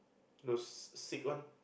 those sick one